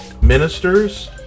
Ministers